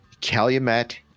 Calumet